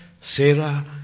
Sarah